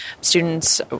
students